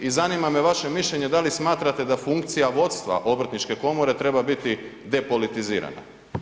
I zanima me vaše mišljenje da li smatrate da funkcija vodstva obrtničke komore treba biti depolitizirana?